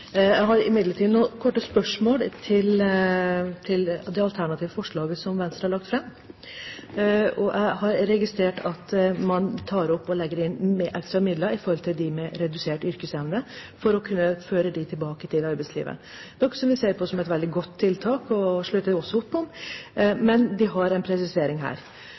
Jeg har imidlertid noen korte spørsmål til det alternative forslaget som Venstre har lagt fram. Jeg har registrert at man tar opp og legger inn ekstra midler til dem med redusert yrkesevne for å føre dem tilbake til arbeidslivet, noe som vi ser på som et veldig godt tiltak og slutter også opp om. Men vi har en presisering,